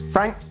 Frank